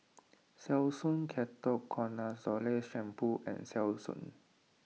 Selsun Ketoconazole Shampoo and Selsun